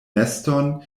neston